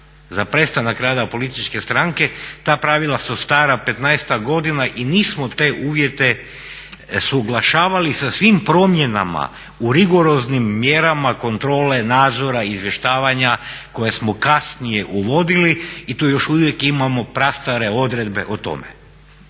za prestanak rada političke stranke ta pravila su stara petnaestak godina i nisu te uvijete usuglašavali sa svim promjenama u rigoroznim mjerama kontrole, nadzora, izvještavanja koje smo kasnije uvodili i tu još uvijek imamo prastare odredbe o tome.